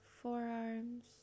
forearms